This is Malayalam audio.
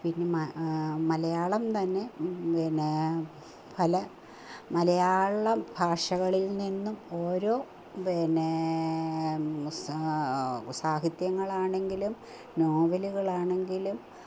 പിന്നെ മ മലയാളം തന്നെ പിന്നേ ഭല മലയാളം ഭാഷകളിൽ നിന്നും ഓരോ പിന്നെ സാ സാഹിത്യങ്ങളാണെങ്കിലും നോവലുകളാണെങ്കിലും